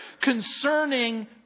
concerning